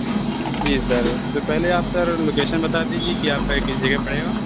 جی sir تو پہلے آپ سر لوکیشن بتا دیجیے کہ آپ کا یہ کس جگہ پڑے گا